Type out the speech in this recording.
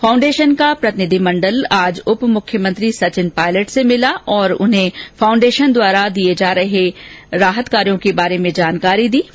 foundation का प्रतिनिधि मण्डल आज उप मुख्यमंत्री सचिन पायलट से मिला और उन्हें फाउंडेशन द्वारा दिए जा रहे राहत कार्यो की जानकारी दी ै